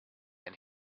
and